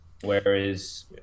whereas